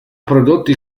prodotti